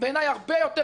הרבה יותר מדי.